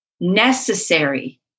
necessary